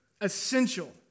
essential